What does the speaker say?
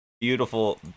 Beautiful